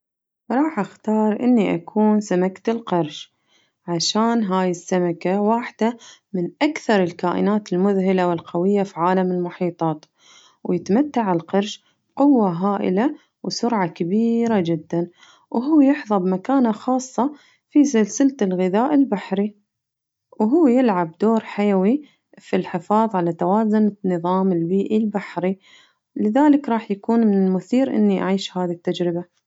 راح أختار إني أكون سمكة القرش عشان هاي السمكة واحدة من أكثر الكائنات المذهلة والقوية فعالم المحيطات ويتمتع القرش بقوة هائلة وسرعة كبيرة جداً وهو يحظى فمكانة خاصة في سلسلة الغذاء البحري وهو يلعب دور حيوي في الحفاظ على توازن النظام البيئي البحري لذلك راح يكون من المثير إني أعيش هذي التجربة.